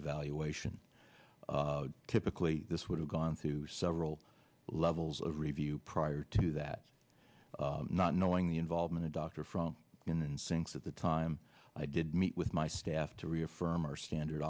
evaluation typically this would have gone through several levels of review prior to that not knowing the involvement of dr from in sinks at the time i did meet with my staff to reaffirm our standard